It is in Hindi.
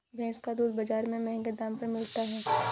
भैंस का दूध बाजार में महँगे दाम पर मिलता है